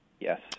Yes